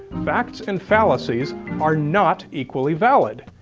facts and fallacies are not equally valid.